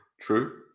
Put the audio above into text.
True